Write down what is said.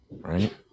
Right